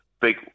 big